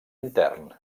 intern